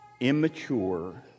Immature